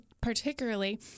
particularly